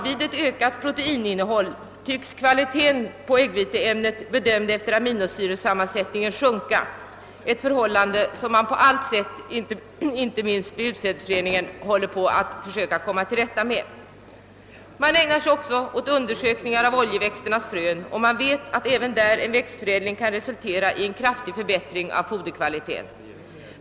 Vid ett ökat proteininnehåll tycks det dessutom vara så, att äggviteämnets kvalitet bedömd efter aminosyresammansättningen sjunker, ett förhållande som man på allt sätt försöker komma till rätta med. Man ägnar sig också åt undersökningar av oljeväxternas frön. Man vet att en intensiv växtförädling även därvidlag verkligen kan resultera i en kraftig förbättring av foderkvaliteten.